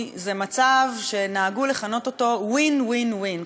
זה מצב שנהגו לכנות אותו win-win-win,